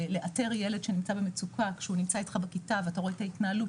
לאתר ילד שנמצא במצוקה כשהוא נמצא איתך בכיתה ואתה רואה את ההתנהלות